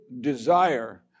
desire